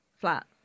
flat